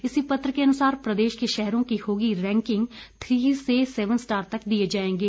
इसी पत्र के अनुसार प्रदेश के शहरों की होगी रैंकिंग थी से सेवन स्टार तक दिए जाएंगे